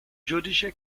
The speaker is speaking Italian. giudice